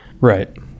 Right